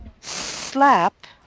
slap